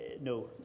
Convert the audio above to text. no